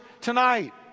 tonight